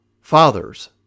Fathers